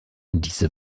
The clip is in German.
diese